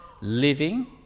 living